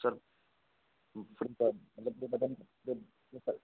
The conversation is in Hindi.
सर मतलब पूरे बदन में पूरे पूरे